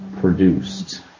produced